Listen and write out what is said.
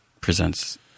Presents